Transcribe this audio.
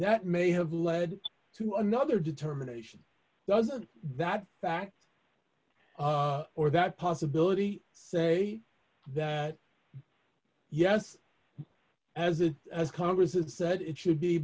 that may have led to another determination doesn't that fact or that possibility say that yes as the as congressman said it should be